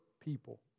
people